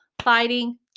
fighting